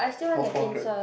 small small crab